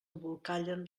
embolcallen